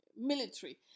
military